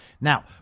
Now